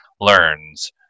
learns